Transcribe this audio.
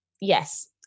yes